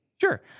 Sure